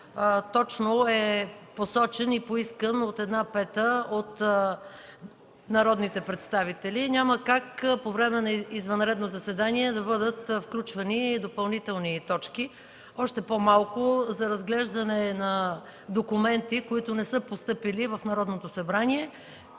точно е посочен и поискан от една пета от народните представители. Няма как по време на извънредно заседание да бъдат включвани допълнителни точки, още по-малко за разглеждане на документи, които не са постъпили в Народното събрание.